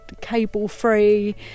cable-free